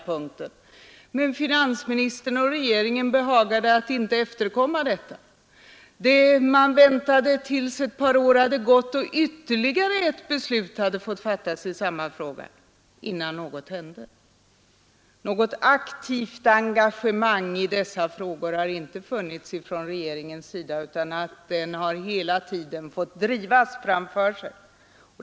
Fredagen den Men finansministern och regeringen behagade inte efterkomma detta 7 december 1973 beslut. Man väntade tills ett par år hade gått, och ytterligare ett beslut hade fattats i samma fråga innan något hände. Något aktivt engagemang i dessa frågor har inte funnits från regeringens sida, utan regeringen har hela tiden fått drivas på.